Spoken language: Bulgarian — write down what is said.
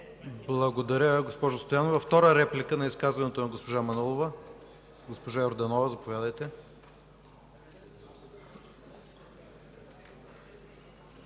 Благодаря, госпожо Стоянова. Втора реплика на изказването на госпожа Манолова. Госпожа Йорданова.